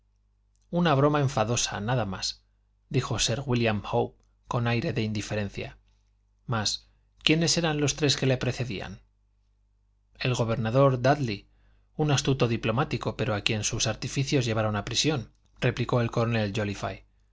una broma enfadosa nada más dijo sir wílliam howe con aire de indiferencia mas quiénes eran los tres que le precedían el gobernador dúdley un astuto diplomático pero a quien sus artificios llevaron a prisión replicó el coronel